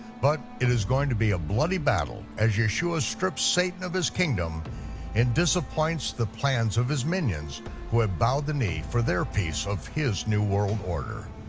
but it is going to be a bloody battle as yeshua strips satan of his kingdom and disappoints the plans of his minions who have bowed the knee for their piece of his new world order.